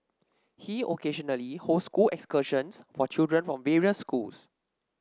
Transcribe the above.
he occasionally hosts school excursions for children from various schools